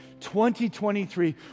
2023